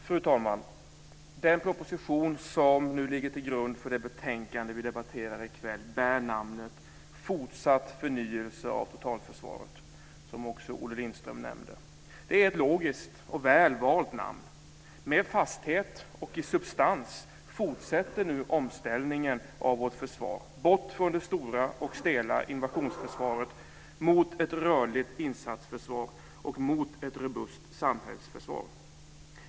Fru talman! Den proposition som ligger till grund för det betänkande vi debatterar här i kväll bär namnet Fortsatt förnyelse av totalförsvaret, som också Olle Lindström nämnde. Det är ett logiskt och väl valt namn. Med fasthet och substans fortsätter nu omställningen av vårt försvar, bort från det stora och stela invasionsförsvaret, mot ett rörligt insatsförsvar och ett robust samhällsförsvar.